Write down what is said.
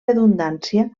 redundància